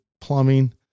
plumbing